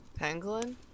Pangolin